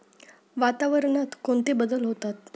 वातावरणात कोणते बदल होतात?